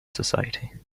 society